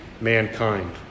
mankind